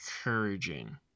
encouraging